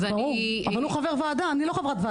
ברור, אבל הוא חבר ועדה, אני לא חברת ועדה.